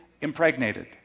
impregnated